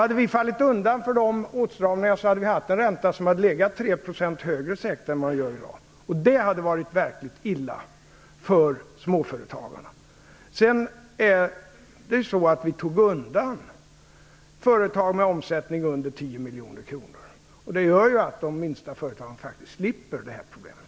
Hade vi fallit undan för sådan kritik, hade vi säkerligen haft en ränta som legat 3 % högre än vad den gör i dag. Det hade varit verkligt illa för småföretagarna. Vi tog vidare undan företag med omsättning under 10 miljoner kronor. Det gör att de minsta företagen faktiskt slipper det här problemet.